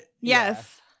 Yes